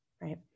right